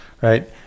Right